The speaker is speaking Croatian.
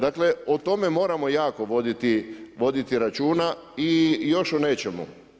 Dakle, o tome moramo jako voditi računa i još o nečemu.